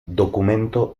documento